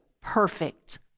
perfect